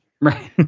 Right